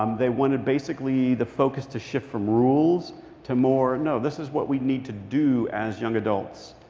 um they wanted basically the focus to shift from rules to more, no, this is what we need to do as young adults.